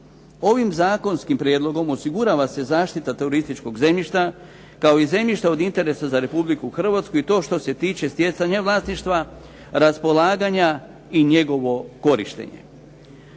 Ovim zakonskim prijedlogom osigurava se zaštita turističkog zemljišta kao i zemljišta od interesa za Republiku Hrvatsku i to što se tiče stjecanja vlasništva, raspolaganja i njegovo korištenje.